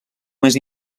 més